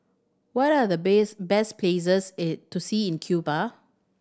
what are the best places to see in Cuba